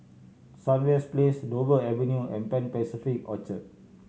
Sunrise Place Dover Avenue and Pan Pacific Orchard